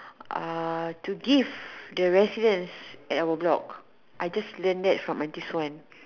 uh to give the residents at our block I just learnt that from auntie suan